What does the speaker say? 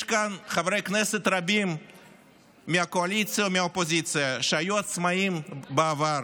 יש כאן חברי כנסת רבים מהקואליציה ומהאופוזיציה שהיו עצמאים בעבר